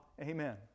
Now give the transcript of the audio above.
Amen